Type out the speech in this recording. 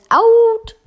out